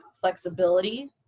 flexibility